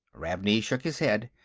ravney shook his head.